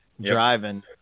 driving